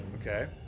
okay